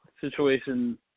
Situation